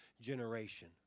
generation